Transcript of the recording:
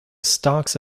stocks